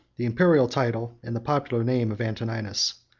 the imperial title, and the popular name of antoninus.